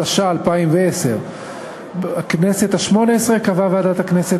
התש"ע 2010. בכנסת השמונה-עשרה קבעה ועדת הכנסת